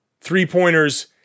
three-pointers